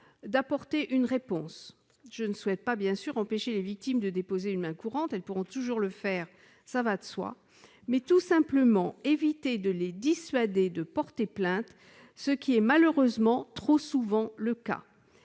d'apporter une réponse. Je ne souhaite pas bien sûr empêcher les victimes de déposer une main courante ; elles pourront toujours le faire, cela va de soi. Je souhaite juste qu'elles ne soient pas dissuadées de porter plainte, comme c'est malheureusement trop souvent le cas.